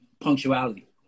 punctuality